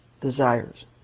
desires